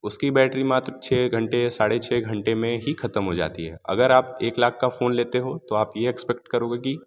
उसकी बैटरी मात्र छे घंटे साढ़े छे घंटे में ही ख़त्म हो जाती है अगर आप एक लाख का फ़ोन लेते हो तो आप ये एक्स्पेक्ट करोगे कि